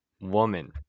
woman